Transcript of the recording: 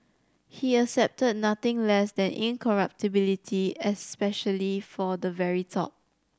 he accepted nothing less than incorruptibility especially for the very top